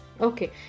Okay